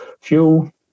fuel